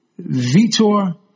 Vitor